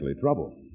trouble